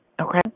okay